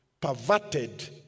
perverted